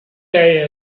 they